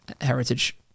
heritage